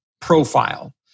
profile